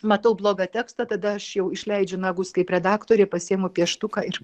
matau blogą tekstą tada aš jau išleidžiu nagus kaip redaktorė pasiimu pieštuką ir